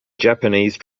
japanese